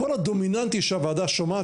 הקול הדומיננטי שהוועדה שמעה,